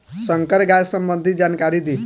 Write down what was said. संकर गाय सबंधी जानकारी दी?